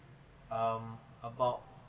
um about